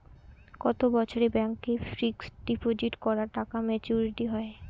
কত বছরে ব্যাংক এ ফিক্সড ডিপোজিট করা টাকা মেচুউরিটি হয়?